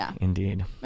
indeed